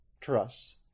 Trust